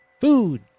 Food